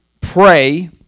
pray